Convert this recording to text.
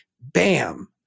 bam